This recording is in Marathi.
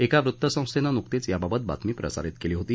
एका वृत्तसंस्थेनं नुकतीच याबाबत बातमी प्रसारित केली होती